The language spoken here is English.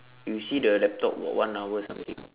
you see the laptop got one hour something